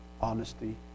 Honesty